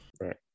Right